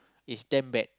is damn bad